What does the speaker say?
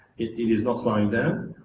it is not slowing down